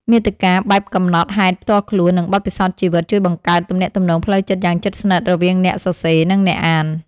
មាតិកាបែបកំណត់ហេតុផ្ទាល់ខ្លួន និងបទពិសោធន៍ជីវិត ជួយបង្កើតទំនាក់ទំនងផ្លូវចិត្តយ៉ាងជិតស្និទ្ធរវាងអ្នកសរសេរ និងអ្នកអាន។